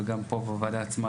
וגם פה בוועדה עצמה,